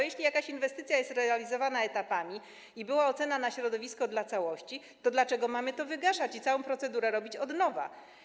Jeśli jakaś inwestycja jest realizowana etapami i była ocena oddziaływania na środowisko dla całości, to dlaczego mielibyśmy to wygaszać i całą procedurę robić od nowa?